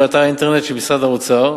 באתר האינטרנט של משרד האוצר.